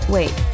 Wait